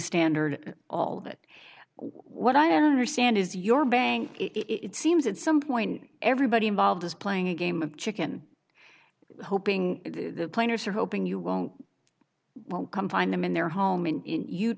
standard all that what i am or stand is your bank it seems at some point everybody involved is playing a game of chicken hoping the players are hoping you won't come find them in their home and